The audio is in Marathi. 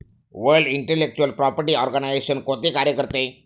वर्ल्ड इंटेलेक्चुअल प्रॉपर्टी आर्गनाइजेशन कोणते कार्य करते?